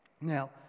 Now